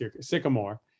Sycamore